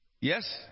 Yes